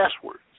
passwords